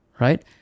Right